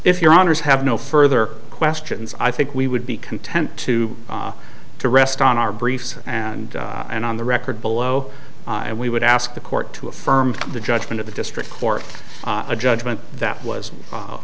if your honour's have no further questions i think we would be content to to rest on our briefs and and on the record below and we would ask the court to affirm the judgment of the district court a judgment that was